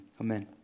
Amen